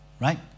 Right